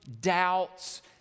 doubts